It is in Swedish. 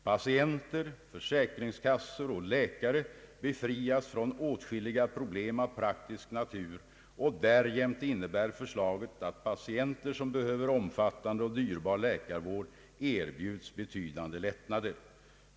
Patienter, försäkringskassor och läkare befrias från åtskilliga problem av praktisk natur och därjämte innebär förslaget att patienter som behöver omfattande och dyrbar läkarvård erbjuds betydande ekonomiska lättnader.